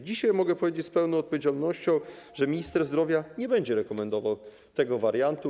Dzisiaj mogę powiedzieć z pełną odpowiedzialnością, że minister zdrowia nie będzie rekomendował tego wariantu.